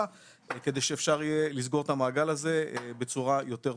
כדי שאפשר יהיה לסגור את המעגל הזה בצורה יותר טובה.